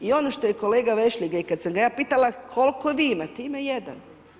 I ono što je kolega Vešligaj kada sam ga ja pitala koliko vi imate, ima jedan.